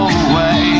away